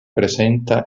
presenta